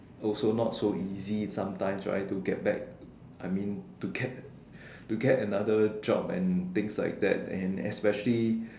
also not so easy sometimes right to get back I mean to get to get another job and things like that and especially